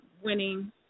winning